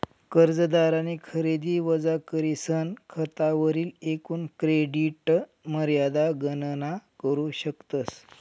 कर्जदारनी खरेदी वजा करीसन खातावरली एकूण क्रेडिट मर्यादा गणना करू शकतस